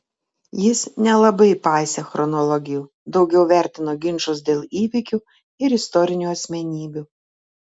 jis nelabai paisė chronologijų daugiau vertino ginčus dėl įvykių ir istorinių asmenybių